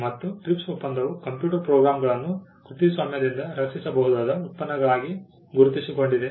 ಮತ್ತು TRIPS ಒಪ್ಪಂದವು computer ಪ್ರೋಗ್ರಾಂಗಳನ್ನು ಕೃತಿಸ್ವಾಮ್ಯದಿಂದ ರಕ್ಷಿಸಬಹುದಾದ ಉತ್ಪನ್ನಗಳಾಗಿ ಗುರುತಿಸಿಕೊಂಡಿದೆ